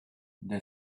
they